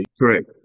Correct